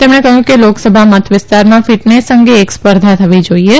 તેમણે કહયું કે લોકસભા મત વિસ્તારમાં ફિટનેસ અંગે એક સ્પર્ધા થવી જાઈએ